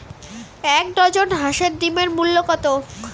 এক ডজন হাঁসের ডিমের মূল্য কত?